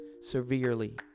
severely